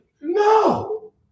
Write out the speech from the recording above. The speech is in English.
No